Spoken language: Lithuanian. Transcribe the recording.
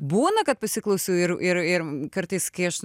būna kad pasiklausau ir ir ir kartais kai aš